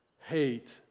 hate